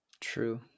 True